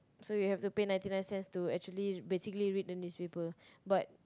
so you have to pay ninety nine cents to actually basically read the newspaper but